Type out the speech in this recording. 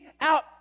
out